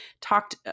talked